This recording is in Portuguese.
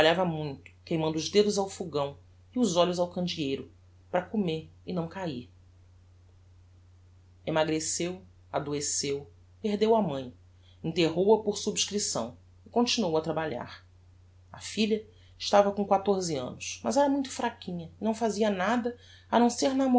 muito queimando os dedos ao fogão e os olhos ao candieiro para comer e não cair emmagreceu adoeceu perdeu a mãe enterrou a por subscripção e continuou a trabalhar a filha estava com quatorze annos mas era muito fraquinha e não fazia nada a não ser